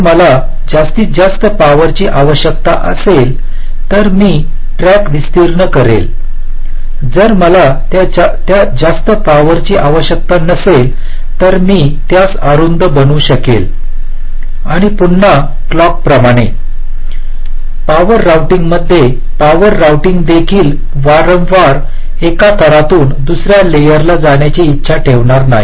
जर मला जास्त पॉवर ची आवश्यकता असेल तर मी ट्रॅक विस्तीर्ण करतो जर मला त्या जास्त पॉवर ची आवश्यकता नसेल तर मी त्यास अरुंद बनवू शकेन आणि पुन्हा क्लॉक प्रमाणे पॉवर राउटिंगमध्ये पॉवर राउटिंग देखील वारंवार एका थरातून दुसर्या लेअर ला जाण्याची इच्छा ठेवणार नाही